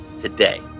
today